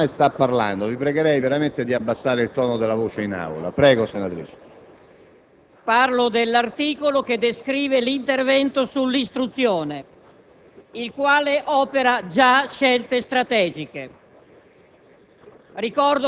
descrivono l'intervento sull'istruzione,